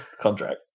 contract